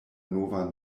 nova